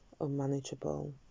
unmanageable